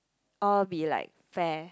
all be like fair